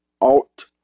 alt